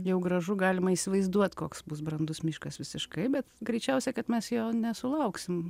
jau gražu galima įsivaizduot koks bus brandus miškas visiškai bet greičiausia kad mes jo nesulauksim